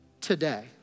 today